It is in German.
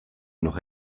noch